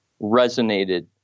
resonated